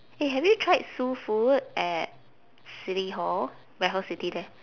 eh have you try soul food at city hall raffles city there